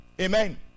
Amen